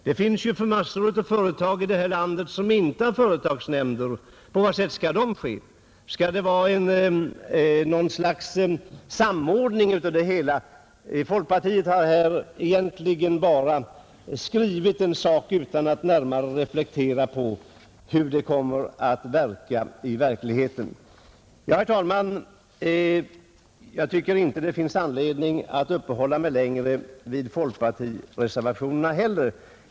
Det finns en mängd företag i det här landet som inte har företagsnämnder. På vad sätt skall tillsättningarna där ske? Skall det göras något slags samordning av det hela? Folkpartiet har egentligen bara föreslagit ett system utan att närmare reflektera på hur det kommer att bli i verkligheten. Herr talman! Jag tycker inte att det finns anledning att uppehålla mig längre vid folkpartireservationerna heller.